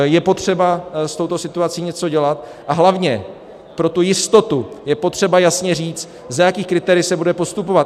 Je potřeba s touto situací něco dělat a hlavně pro tu jistotu je potřeba jasně říct, za jakých kritérií se bude postupovat.